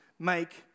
make